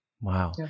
Wow